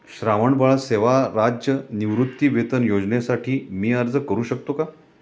श्रावणबाळ सेवा राज्य निवृत्तीवेतन योजनेसाठी मी अर्ज करू शकतो का?